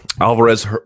alvarez